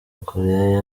koreya